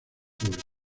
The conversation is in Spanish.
público